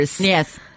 yes